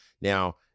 Now